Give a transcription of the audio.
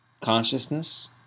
Consciousness